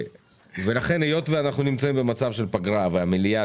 היות ואנחנו נמצאים במצב של פגרה והמליאה